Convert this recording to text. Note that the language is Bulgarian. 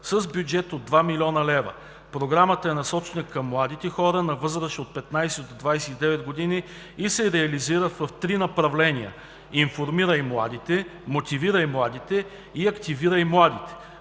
с бюджет от 2 млн. лв. Програмата е насочена към младите хора на възраст от 15 до 29 години и се реализира в три направления – „Информирай младите“, „Мотивирай младите“ и „Активирай младите“.